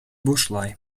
бушлай